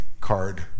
card